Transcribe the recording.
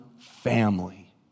family